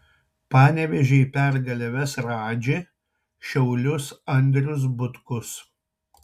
panevėžį į pergalę ves radži šiaulius andrius butkus